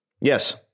Yes